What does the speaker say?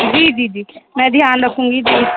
جی جی جی میں دھیان رکھوں گی